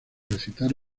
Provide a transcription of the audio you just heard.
recitar